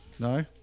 No